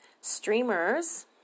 streamers